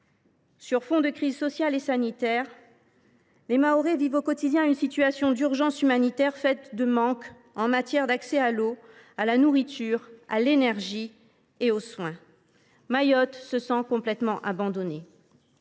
Sur fond de crise sociale et sanitaire, les Mahorais vivent au quotidien une situation d’urgence humanitaire, faite de manques en matière d’accès à l’eau, à la nourriture, à l’énergie et aux soins. Mayotte se sent complètement abandonnée